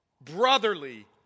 brotherly